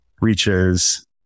reaches